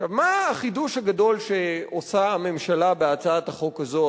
מה החידוש הגדול שעושה הממשלה בהצעת החוק הזאת,